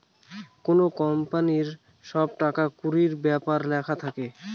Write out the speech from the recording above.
কোনো কোম্পানির সব টাকা কুড়ির ব্যাপার লেখা থাকে